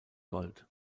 gold